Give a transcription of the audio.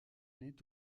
naît